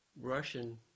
russian